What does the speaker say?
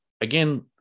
again